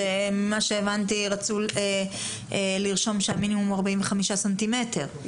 הבנתי שרצוי לרשום שהמינימום הוא 45 סנטימטרים.